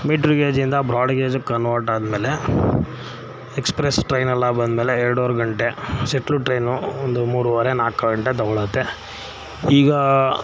ಮೀಟ್ರ ಗೇಜಿಂದ ಬ್ರಾಡಗೇಜ್ಗೆ ಕನ್ವರ್ಟ್ ಆದ್ಮೇಲೆ ಎಕ್ಸ್ಪ್ರೆಸ್ ಟ್ರೈನ್ ಎಲ್ಲ ಬಂದ್ಮೇಲೆ ಎರಡುವರೆ ಗಂಟೆ ಸೆಟ್ಲ್ ಟ್ರೈನು ಒಂದು ಮೂರುವರೆ ನಾಲ್ಕು ಗಂಟೆ ತಗೊಳ್ಳುತ್ತೆ ಈಗ